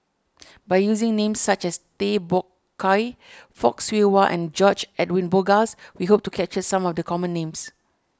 by using names such as Tay Bak Koi Fock Siew Wah and George Edwin Bogaars we hope to capture some of the common names